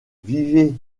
vivez